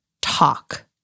talk